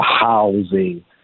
housing